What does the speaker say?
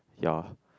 ya